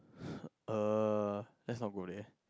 uh that's not good leh